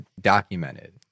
documented